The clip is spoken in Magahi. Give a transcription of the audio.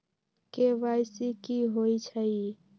के.वाई.सी कि होई छई?